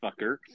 fucker